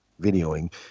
videoing